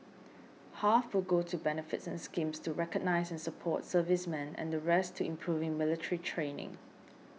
half will go to benefits and schemes to recognise and support servicemen and the rest to improving military training